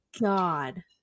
God